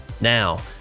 Now